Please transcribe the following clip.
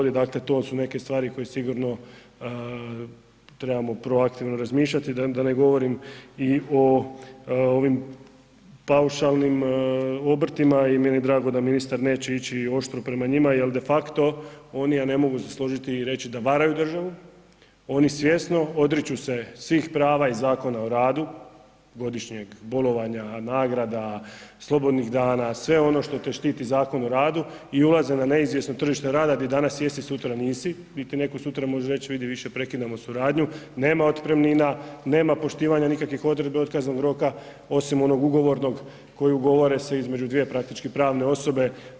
Dakle to su neke stvari koje sigurno trebamo proaktivno razmišljati i da ne govorim i o ovim paušalnim obrtima i meni je drago da ministar neće ići oštro prema njima jel de facto oni, a ne mogu se složiti i reći da varaju državu, oni svjesno odriču se svih prava i Zakona o radu, godišnjeg bolovanja, nagrada, slobodnih dana sve ono što te štiti Zakon o radu i ulaze na neizvjesno tržište rada gdje danas jesi, sutra nisi, niti netko sutra može reći vidi više prekidamo suradnju nema otpremnina, nema poštovanja nikakvih odredbi otkaznog roka osim onog ugovornog koji se ugovore između dvije pravne osobe.